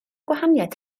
gwahaniaeth